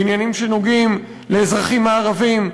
בעניינים שנוגעים לאזרחים הערבים,